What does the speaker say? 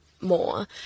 more